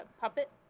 puppet